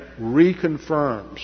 reconfirms